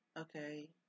okay